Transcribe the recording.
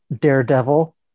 Daredevil